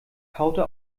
kaute